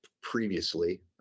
previously